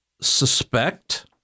suspect